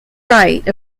site